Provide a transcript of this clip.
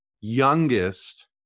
youngest